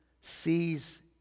sees